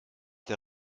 der